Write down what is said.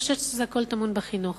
ואני חושבת שהכול טמון בחינוך.